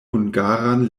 hungaran